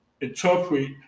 interpret